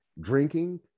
drinking